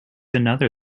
another